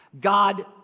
God